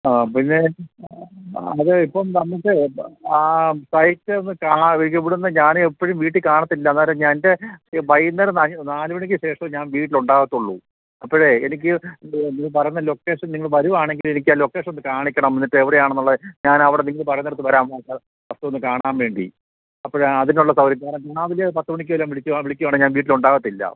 ആ പിന്നെ അത് ഇപ്പോള് നമുക്ക് ആ സൈറ്റ് ഒന്നു കാണാൻ ഇവിടുന്ന് ഞാന് എപ്പോഴും വീട്ടില് കാണത്തില്ല അന്നേരം എന്റെ വൈകുന്നേരം നാലുമണിക്കുശേഷം ഞാൻ വീട്ടില് ഉണ്ടാകത്തുള്ളൂ അപ്പോഴേ എനിക്ക് നിങ്ങള് പറയുന്ന ലൊക്കേഷൻ നിങ്ങള് വരുകയാണെങ്കില് എനിക്ക് ആ ലൊക്കേഷൻ ഒന്നു കാണിക്കണം എന്നിട്ട് എവിടെയാണെന്നുള്ള ഞാൻ അവിടെ നിങ്ങള് പറയുന്നിടത്തു വരാം വസ്തു ഒന്ന് കാണാൻ വേണ്ടി അപ്പോള് അതിനുള്ള സൗകര്യം രാവിലെ പത്ത് മണിക്കേലും വിളിക്കുകയാണെങ്കില് ഞാൻ വീട്ടിലുണ്ടാകത്തില്ല